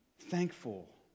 thankful